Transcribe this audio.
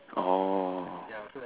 oh